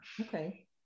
Okay